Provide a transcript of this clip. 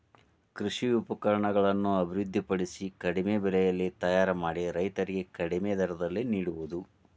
ಕೃಷಿ ಉಪಕರಣಗಳನ್ನು ಅಭಿವೃದ್ಧಿ ಪಡಿಸಿ ಕಡಿಮೆ ಬೆಲೆಯಲ್ಲಿ ತಯಾರ ಮಾಡಿ ರೈತರಿಗೆ ಕಡಿಮೆ ದರದಲ್ಲಿ ನಿಡುವುದು